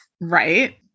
Right